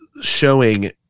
showing